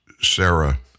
Sarah